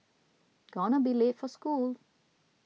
gonna be late for school